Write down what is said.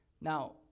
Now